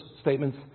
statements